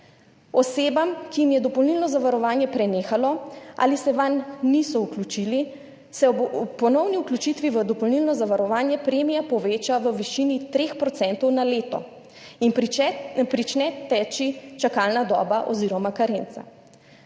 Osebam, ki jim je dopolnilno zavarovanje prenehalo ali se vanj niso vključili, se ob ponovni vključitvi v dopolnilno zavarovanje premija poveča v višini 3 % na leto in prične teči čakalna doba oziroma karenca.